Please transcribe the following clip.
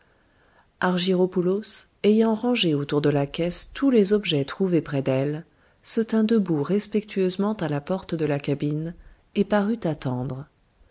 funéraire argyropoulos ayant rangé autour de la caisse tous les objets trouvés près d'elle se tint debout respectueusement à la porte de la cabine et parut attendre